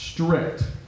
Strict